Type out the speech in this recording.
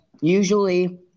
usually